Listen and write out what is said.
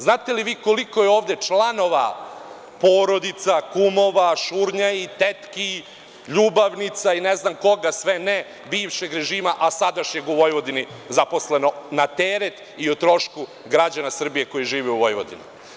Znate li vi koliko je ovde članova porodica, kumova, šurnjaji, tetki, ljubavnica i ne znam koga sve ne bivšeg režima, a sadašnjeg u Vojvodini zaposleno na teret i o trošku građana Srbije koji žive u Vojvodini?